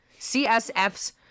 CSFs